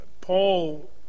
Paul